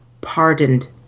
pardoned